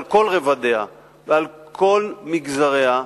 על כל רבדיה ועל כל מגזריה,